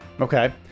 Okay